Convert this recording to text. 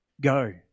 Go